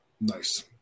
Nice